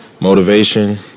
motivation